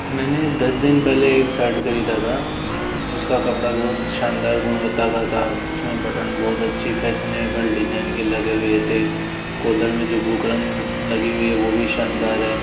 मैने दस दिन पहले एक सर्ट खरीदा था उसका कपड़ा बहुत शानदार गुणवत्ता का था उसमें बटन बहुत अच्छी फेसनेबल डिजाइन के लगे हुए थे कोलर मे जो बुकरम लगे हुए है वह भी शानदार है